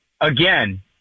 Again